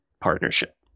partnership